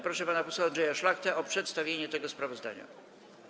Proszę pana posła Andrzeja Szlachtę o przedstawienie tego sprawozdania.